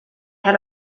had